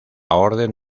orden